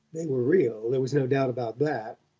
they were real there was no doubt about that.